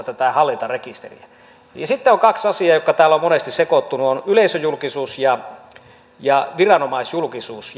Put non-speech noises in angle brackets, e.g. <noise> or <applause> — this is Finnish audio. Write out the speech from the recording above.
<unintelligible> tätä hallintarekisteriä vaikkapa ruotsissa sitten kaksi asiaa jotka täällä ovat monesti sekoittuneet ovat yleisöjulkisuus ja ja viranomaisjulkisuus <unintelligible>